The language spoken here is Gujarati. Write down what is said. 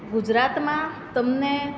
ગુજરાતમાં તમને